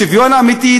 שוויון אמיתי,